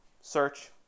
search